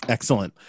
Excellent